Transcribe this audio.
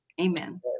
Amen